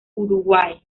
uruguay